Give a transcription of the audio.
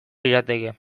lirateke